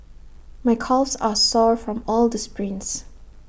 my calves are sore from all the sprints